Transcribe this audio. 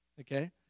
okay